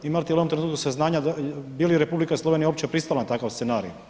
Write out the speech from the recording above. Imate li u ovom trenutku saznanja, bi li Republika Slovenija uopće pristala na takav scenarij?